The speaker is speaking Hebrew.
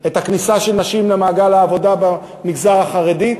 את הכניסה של נשים למעגל העבודה במגזר החרדי,